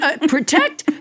protect